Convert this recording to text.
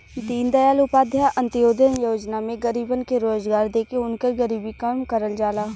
दीनदयाल उपाध्याय अंत्योदय योजना में गरीबन के रोजगार देके उनकर गरीबी कम करल जाला